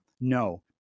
no